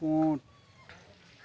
ᱩᱸᱴ